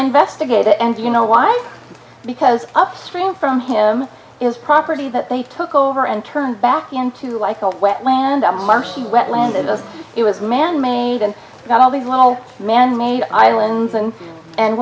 it and you know why because upstream from him is property that they took over and turned back into like a wetland a marsh he wetlands of us it was manmade and got all these little manmade islands and and